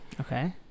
okay